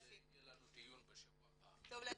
טוב לדעת.